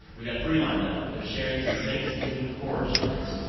we've got three lined up. they're sharing some thanksgiving horror stories